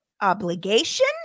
obligation